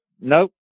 Nope